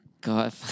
God